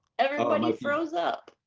everybody froze up!